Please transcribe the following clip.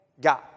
God